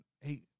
hey